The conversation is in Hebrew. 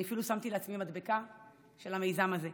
אני אפילו שמתי לעצמי מדבקה של המיזם הזה.